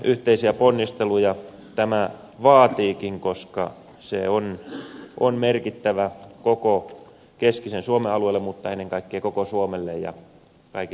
yhteisiä ponnisteluja tämä vaatiikin koska se on merkittävä koko keskisen suomen alueelle mutta ennen kaikkea koko suomelle ja kaikille pohjoismaille